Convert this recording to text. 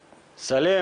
כן,